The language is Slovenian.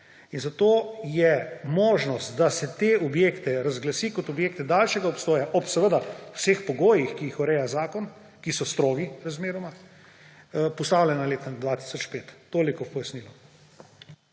In zato je možnost, da se te objekte razglasi kot objekte daljšega obstoja, seveda ob vseh pogojih, ki jih ureja zakon, ki so razmeroma strogi, postavljena na leto 2005. Toliko v pojasnilo.